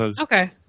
Okay